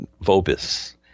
Vobis